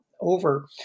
over